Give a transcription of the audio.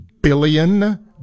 billion